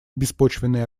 беспочвенные